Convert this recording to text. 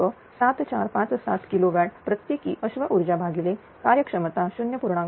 7457 kilowatt प्रत्येकी अश्व ऊर्जा भागिले कार्यक्षमता 0